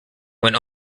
went